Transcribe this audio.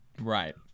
Right